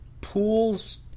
pools